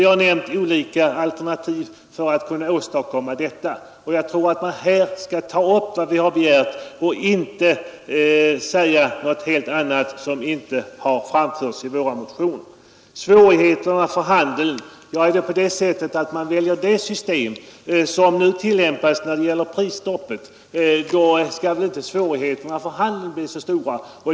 Vi har nämnt olika alternativ för att åstadkomma detta, och jag anser att ni skall bemöta de förslag vi har framställt och inte något helt annat än det vi har framfört i — Nr 108 Svårigheterna för handeln har också nämnts. Väljer man ett system som ni överensstämmer med det som nu tillämpas på grund av prisstoppet bör det inte bli några svårigheter för handeln.